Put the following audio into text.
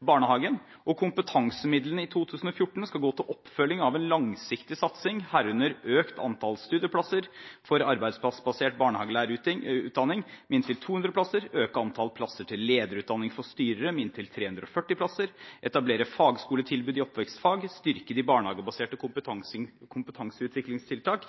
barnehagen, og kompetansemidlene for 2014 skal gå til oppfølging av en langsiktig satsing, herunder å øke antall studieplasser for arbeidsplassbasert barnehagelærerutdanning med inntil 200 plasser, å øke antall plasser til lederutdanning for styrere med inntil 340 plasser, å etablere fagskoletilbud i oppvekstfag og å styrke barnehagebaserte kompetanseutviklingstiltak